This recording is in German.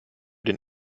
den